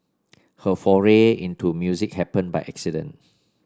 her foray into music happened by accident